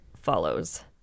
follows